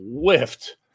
whiffed